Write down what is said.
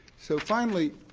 so finally,